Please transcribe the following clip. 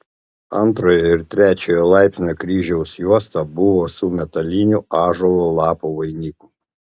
antrojo ir trečiojo laipsnio kryžiaus juosta buvo su metaliniu ąžuolo lapų vainiku